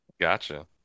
Gotcha